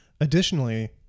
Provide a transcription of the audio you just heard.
Additionally